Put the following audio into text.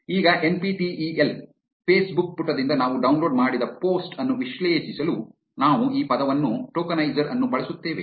ಈಗ N P T E L Facebook ಪುಟದಿಂದ ನಾವು ಡೌನ್ಲೋಡ್ ಮಾಡಿದ ಪೋಸ್ಟ್ ಅನ್ನು ವಿಶ್ಲೇಷಿಸಲು ನಾವು ಈ ಪದವನ್ನು ಟೋಕನೈಜರ್ ಅನ್ನು ಬಳಸುತ್ತೇವೆ